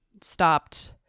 stopped